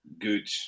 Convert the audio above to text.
good